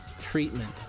treatment